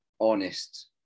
honest